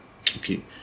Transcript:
Okay